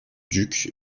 duc